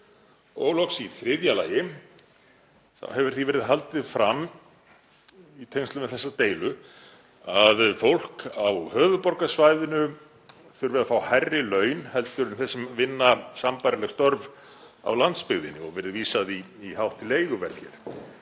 Loks í þriðja lagi þá hefur því verið haldið fram í tengslum við þessa deilu að fólk á höfuðborgarsvæðinu þurfi að fá hærri laun en þeir sem vinna sambærileg störf á landsbyggðinni og verið vísað í hátt leiguverð hér.